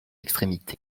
extrémité